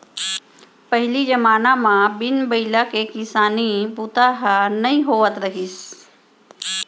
पहिली जमाना म बिन बइला के किसानी बूता ह नइ होवत रहिस